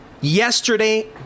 yesterday